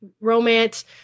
romance